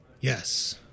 Yes